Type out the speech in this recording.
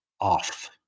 off